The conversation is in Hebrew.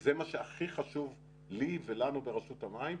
וזה מה שהכי חשוב לי ולנו ברשות המים,